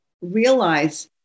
realize